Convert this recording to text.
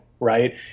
Right